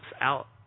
out